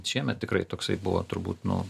šiemet tikrai toksai buvo turbūt nu